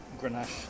Grenache